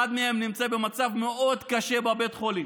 ואחד מהם נמצא במצב מאוד קשה בבית החולים.